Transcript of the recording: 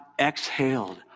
exhaled